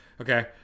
Okay